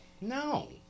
No